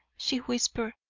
she whispered.